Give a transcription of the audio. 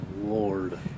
Lord